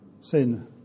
sin